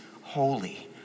holy